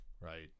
right